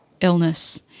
illness